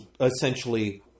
essentially